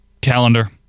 Calendar